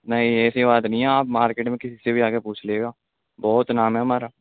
نہیں ایسی بات نہیں ہے آپ مارکیٹ میں کسی سے بھی آ کے پوچھ لیے گا بہت نام ہے ہمارا